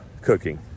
cooking